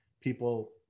people